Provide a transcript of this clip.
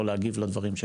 או להגיד לדברים.